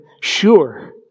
sure